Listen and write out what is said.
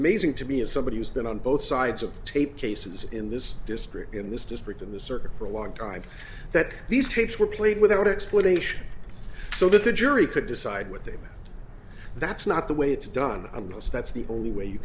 amazing to me as somebody who's been on both sides of the tape cases in this district in this district in the circuit for a long time that these tapes were played without explanation so that the jury could decide what they meant that's not the way it's done and that's that's the only way you